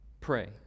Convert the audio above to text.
pray